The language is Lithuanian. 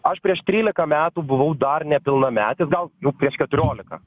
aš prieš trylika metų buvau dar nepilnametis gal jau prieš keturiolika